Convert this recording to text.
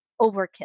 overkill